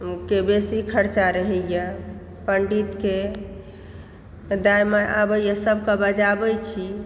के बेसी खर्चा रहैया पण्डितके दाई माई आबैया सबके बजाबै छी